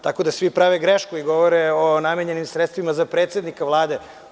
Tako da svi prave grešku i govore o namenjenim sredstvima za predsednika Vlade.